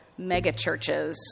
megachurches